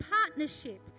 partnership